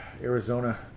Arizona